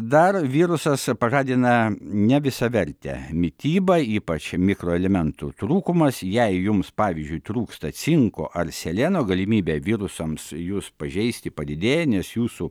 dar virusas pažadina nevisavertę mitybą ypač mikroelementų trūkumas jei jums pavyzdžiui trūksta cinko ar seleno galimybę virusams jus pažeisti padidėja nes jūsų